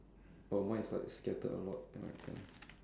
oh mine is like scattered a lot alright can